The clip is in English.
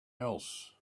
else